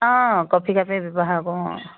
অঁ কফি কাপে ব্যৱহাৰ কৰো অঁ